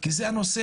כי זה הנושא.